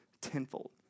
tenfold